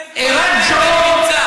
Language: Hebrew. באיזה פרלמנט אני נמצא.